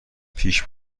پیش